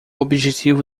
objetivo